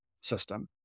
system